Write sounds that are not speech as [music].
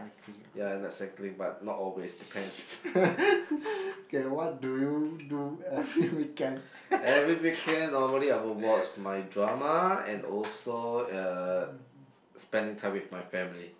[laughs] okay what do you do every weekend